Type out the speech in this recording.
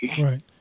Right